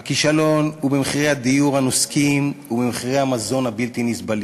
הכישלון הוא במחירי הדיור הנוסקים ובמחירי המזון הבלתי-נסבלים,